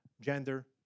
gender